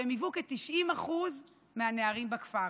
שהיו כ-90% מהנערים בכפר.